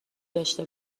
داشه